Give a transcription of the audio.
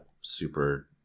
super